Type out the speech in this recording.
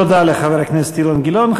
תודה לחבר הכנסת אילן גילאון.